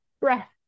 breath